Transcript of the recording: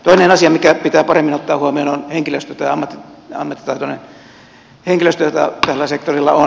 toinen asia mikä pitää paremmin ottaa huomioon on ammattitaitoinen henkilöstö jota tällä sektorilla on